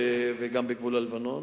וגם בגבול הלבנון.